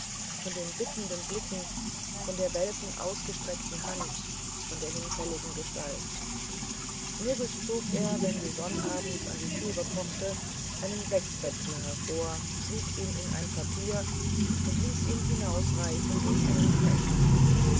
von den bittenden blicken von der welken ausgestreckten hand von der hinfälligen gestalt mürrisch zog er wenn sie sonnabends an die türe pochte einen sechsbätzner heraus schlug ihn in ein papier und ließ ihn hinausreichen durch einen knecht